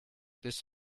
this